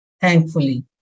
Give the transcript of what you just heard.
thankfully